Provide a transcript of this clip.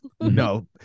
no